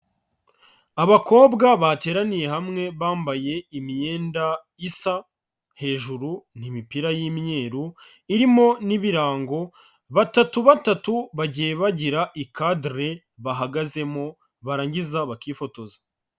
Abakobwa bateraniye hamwe bambaye imyenda isa hejuru, ni imipira y'imyeru irimo n'ibirango, batatu batatu bagiye bagira ikadere bahagazemo barangiza bakifotoza.